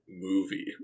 movie